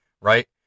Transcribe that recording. right